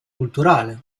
culturale